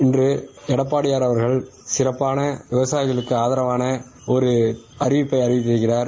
இன்று எடப்பாடியார் அவர்கள் சிறப்பான விவசாயிகளுக்கு ஆதரவான ஒரு அறிவிப்பை அறிவித்திருக்கிறார்